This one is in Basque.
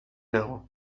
nago